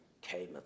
came